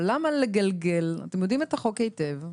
אבל אתם יודעים את החוק היטב,